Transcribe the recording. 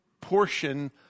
portion